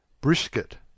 Brisket